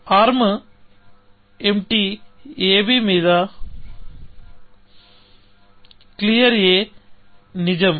arm ఎంప్టీab మీద clear నిజం